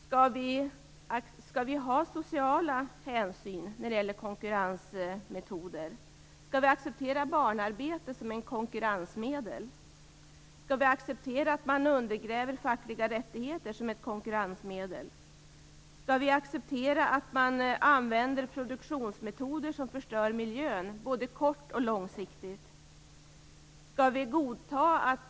Skall vi ha sociala hänsyn när det gäller konkurrensmetoder? Skall vi acceptera barnarbete som ett konkurrensmedel? Skall vi acceptera att man undergräver fackliga rättigheter som ett konkurrensmedel? Skall vi acceptera att man använder produktionsmetoder som förstör miljön både kort och långsiktigt?